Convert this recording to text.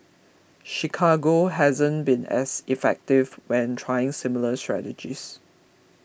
Chicago hasn't been as effective when trying similar strategies